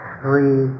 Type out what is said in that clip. three